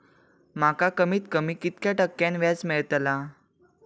माका कमीत कमी कितक्या टक्क्यान व्याज मेलतला?